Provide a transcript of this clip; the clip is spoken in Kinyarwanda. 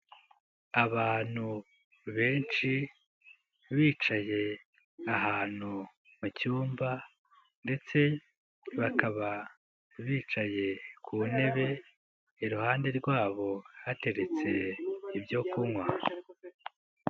Abantu benshi, bicaye ahantu mu cyumba ndetse bakaba bicaye ku ntebe, iruhande rwabo hateretse ibyo kunywa.